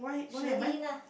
Shirley lah